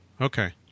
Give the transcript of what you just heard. Okay